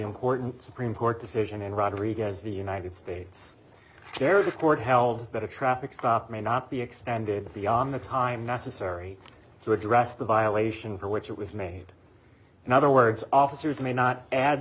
important supreme court decision in rodrguez the united states carriage of court held that a traffic stop may not be extended beyond the time necessary to address the violation for which it was made in other words officers may not ad